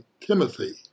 Timothy